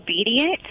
obedient